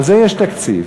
לזה יש תקציב.